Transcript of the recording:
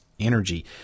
energy